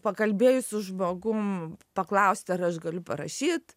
pakalbėjus su žmogum paklausti ar aš galiu parašyt